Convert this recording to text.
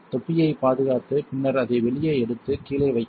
தொப்பியைப் பாதுகாத்து பின்னர் அதை வெளியே எடுத்து கீழே வைக்கவும்